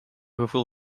gevoel